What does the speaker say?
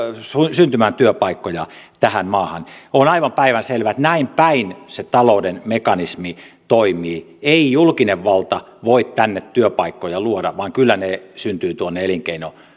syntymään työpaikkoja tähän maahan on aivan päivänselvää että näin päin se talouden mekanismi toimii ei julkinen valta voi tänne työpaikkoja luoda vaan kyllä ne syntyvät tuonne